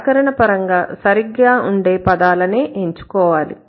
వ్యాకరణపరంగా సరిగ్గా ఉండే పదాలనే ఎంచుకోవాలి